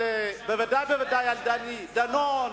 בוודאי ובוודאי על דני דנון,